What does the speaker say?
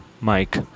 mike